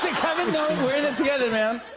kevin, no! we're in it together, man.